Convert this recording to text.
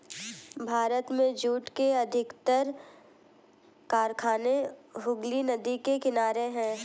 भारत में जूट के अधिकतर कारखाने हुगली नदी के किनारे हैं